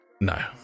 No